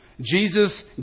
Jesus